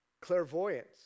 Clairvoyance